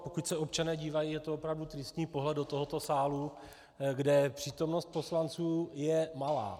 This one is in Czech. Pokud se občané dívají, je to opravdu tristní pohled do tohoto sálu, kde přítomnost poslanců je malá.